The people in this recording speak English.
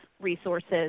resources